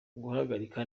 guhagarika